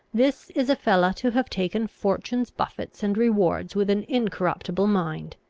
this is a fellow to have taken fortune's buffets and rewards with an incorruptible mind.